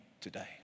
today